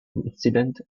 incident